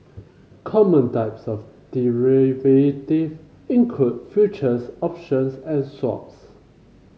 common types of derivative include futures options and swaps